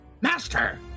Master